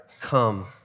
come